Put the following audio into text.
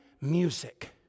music